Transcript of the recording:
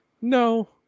no